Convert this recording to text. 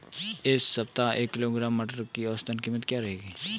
इस सप्ताह एक किलोग्राम मटर की औसतन कीमत क्या रहेगी?